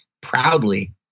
proudly